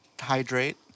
hydrate